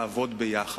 לעבוד ביחד.